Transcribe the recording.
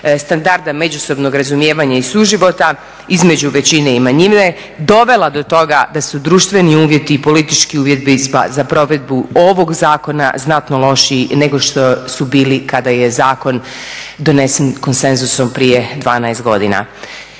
standarda međusobnog razumijevanja i suživota između većine i manjine, dovela do toga da su društveni uvjeti i politički uvjeti za provedbu ovog zakona znatno lošiji nego što su bili kada je zakon donesen konsenzusom prije 12 godina.